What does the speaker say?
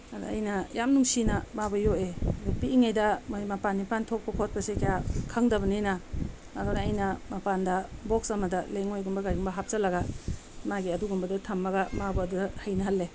ꯑꯗ ꯑꯩꯅ ꯌꯥꯝ ꯅꯨꯡꯁꯤꯅ ꯃꯥꯕꯨ ꯌꯣꯛꯑꯦ ꯑꯗꯨ ꯄꯤꯛꯏꯉꯩꯗ ꯃꯣꯏ ꯃꯄꯥꯟ ꯏꯄꯥꯟ ꯊꯣꯛꯄ ꯈꯣꯠꯄꯁꯦ ꯀꯌꯥ ꯈꯪꯗꯕꯅꯤꯅ ꯑꯗꯨꯅ ꯑꯩꯅ ꯃꯄꯥꯟꯗ ꯕꯣꯛꯁ ꯑꯃꯗ ꯂꯩꯉꯣꯏꯒꯨꯝꯕ ꯀꯩꯒꯨꯝꯕ ꯍꯥꯞꯆꯜꯂꯒ ꯃꯥꯒꯤ ꯑꯗꯨꯒꯨꯝꯕꯗꯣ ꯊꯝꯃꯒ ꯃꯥꯕꯨ ꯑꯗꯨꯗ ꯍꯩꯅꯍꯜꯂꯦ